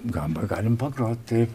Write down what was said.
gamba galim pagroti